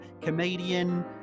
comedian